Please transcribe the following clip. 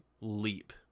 leap